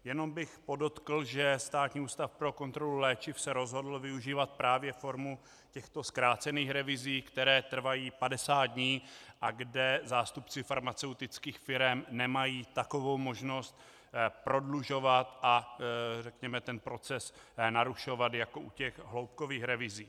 Jenom bych podotkl, že Státní ústav pro kontrolu léčiv se rozhodl využívat právě formu těchto zkrácených revizí, které trvají 50 dní a kde zástupci farmaceutických firem nemají takovou možnost prodlužovat a, řekněme, ten proces narušovat jako u těch hloubkových revizí.